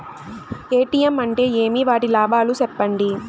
ATM అంటే ఏమి? వాటి లాభాలు సెప్పండి